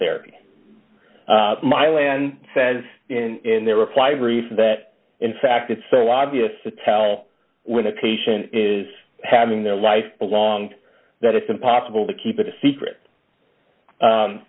therapy milan says in their reply brief that in fact it's so obvious to tell when a patient is having their life along that it's impossible to keep it a secret